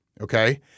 Okay